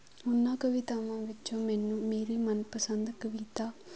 ਉਹਨਾਂ ਕਵਿਤਾਵਾਂ ਵਿੱਚੋਂ ਮੈਨੂੰ ਮੇਰੀ ਮਨ ਪਸੰਦ ਕਵਿਤਾ